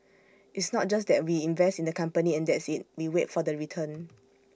it's not just that we invest in the company and that's IT we wait for the return